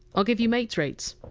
ll give you mates! rates